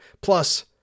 Plus